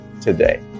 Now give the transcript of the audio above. today